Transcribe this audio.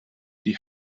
die